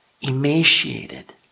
emaciated